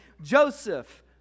Joseph